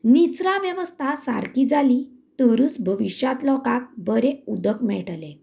निचरां वेवस्था सारकीं जाली तरच भविश्यांत लोकांक बरें उदक मेळटलें